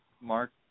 Mark